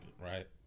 right